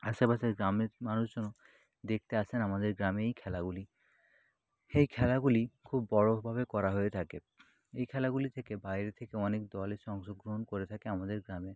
আশেপাশের গ্রামের মানুষজনও দেখতে আসেন আমাদের গ্রামে এই খেলাগুলি এই খেলাগুলি খুব বড়ভাবে করা হয়ে থাকে এই খেলাগুলি থেকে বাইরে থেকে অনেক দল এসে অংশগ্রহণ করে থাকে আমাদের গ্রামে